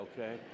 okay